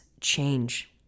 change